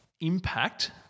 impact